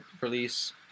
release